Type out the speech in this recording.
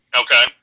Okay